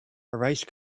race